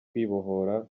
kwibohora